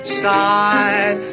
side